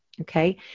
Okay